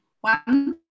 One